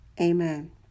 amen